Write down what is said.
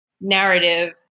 narrative